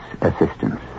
assistance